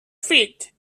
feet